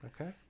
Okay